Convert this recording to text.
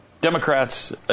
Democrats